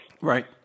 Right